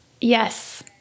Yes